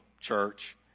church